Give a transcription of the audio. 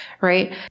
right